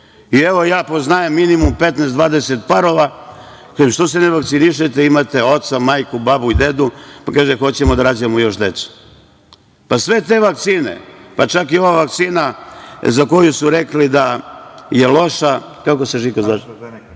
Evo, poznajem minimum 15-20 parova, pitam što se ne vakcinišete, imate oca, majku, babu i dedu, a oni kažu hoćemo da rađamo još dece. Pa, sve te vakcine, čak i ova vakcina za koju su rekli da je loša, „AstraZeneka“,